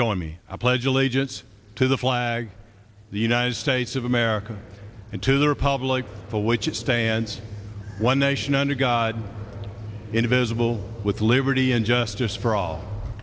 join me i pledge allegiance to the flag the united states of america and to the republic for which it stands one nation under god indivisible with liberty and justice for all